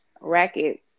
Racket